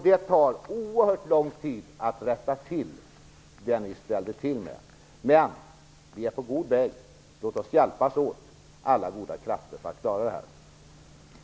Det tar oerhört lång tid att rätta till det som ni ställde till med, men vi är på god väg, och alla goda krafter bör hjälpas åt för att klara den uppgiften.